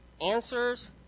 answers